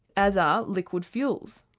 as are liquid fuels.